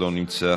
לא נמצא,